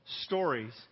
stories